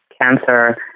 Cancer